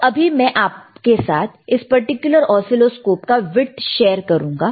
तो अभी मैं आपके साथ इस पर्टिकुलर ऑसीलोस्कोप का विड्थ शेयर करूंगा